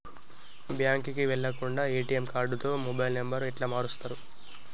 బ్యాంకుకి వెళ్లకుండా ఎ.టి.ఎమ్ కార్డుతో మొబైల్ నంబర్ ఎట్ల మారుస్తరు?